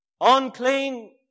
Unclean